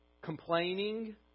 complaining